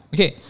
Okay